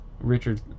Richard